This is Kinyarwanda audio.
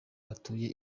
batuye